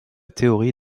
théorie